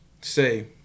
say